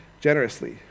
generously